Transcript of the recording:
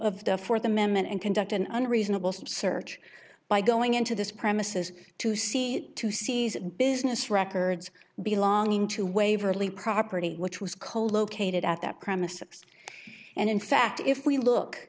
of the fourth amendment and conduct an unreasonable search by going into this premises to see to seize business records belonging to waverley property which was colocated at that premises and in fact if we look